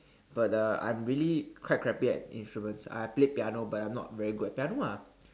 but uh I'm really quite quite crappy at instruments I play piano but I'm not very good at piano ah